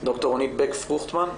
ד"ר רונית בק פרוכטר?